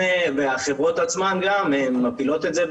והחברות עצמן גם מפילות את זה,